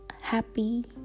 Happy